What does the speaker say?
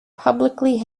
publicly